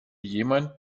jemand